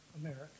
America